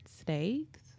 steaks